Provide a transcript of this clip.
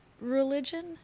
religion